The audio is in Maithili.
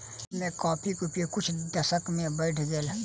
विश्व में कॉफ़ीक उपयोग किछ दशक में बैढ़ गेल